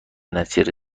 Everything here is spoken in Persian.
نتیجه